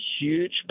huge